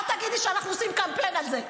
ואת לא תגידי שאנחנו עושים קמפיין על זה.